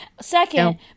Second